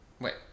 Wait